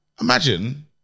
Imagine